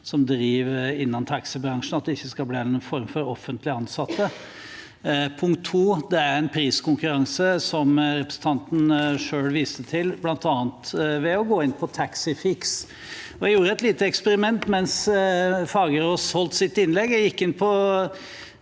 som driver innen taxibransjen, at det ikke skal bli en form for offentlig ansatte. Punkt to: Det er en priskonkurranse, som representanten selv viste til, bl.a. ved å gå inn på Taxifix. Jeg gjorde et lite eksperiment mens Fagerås holdt sitt innlegg.